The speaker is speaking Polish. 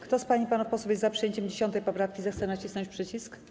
Kto z pań i panów posłów jest za przyjęciem 10. poprawki, zechce nacisnąć przycisk.